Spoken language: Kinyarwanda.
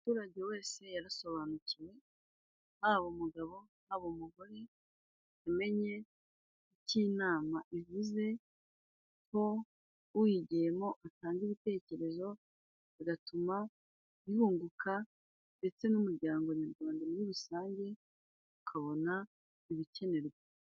Umuturage wese yarasobanukiwe haba umugabo, haba umugore ,yamenye icyo inama ivuzeko uyigiyemo atanga ibitekerezo bigatuma yunguka, ndetse n'umuryango nyarwanda muri rusange ukabona ibikenerwa.